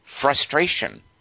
frustration